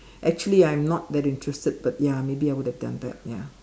actually I'm not that interested but ya maybe I would have done that ya